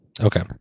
Okay